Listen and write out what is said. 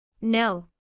No